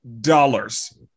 dollars